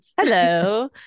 Hello